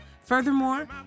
Furthermore